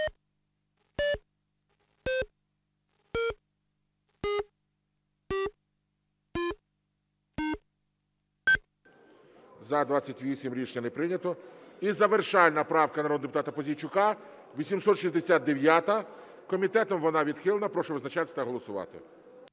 За-28 Рішення не прийнято. І завершальна правка народного депутата Пузійчука – 869-а. Комітетом вона відхилена. Прошу визначатись та голосувати.